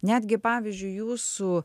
netgi pavyzdžiui jūsų